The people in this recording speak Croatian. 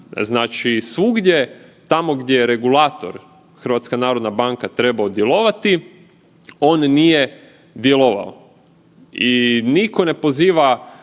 znači svugdje tamo gdje je regulator HNB trebao djelovati on nije djelovao. I niko ne poziva